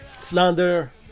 Slander